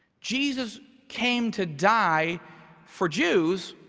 jesus came to die for jews,